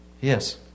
Yes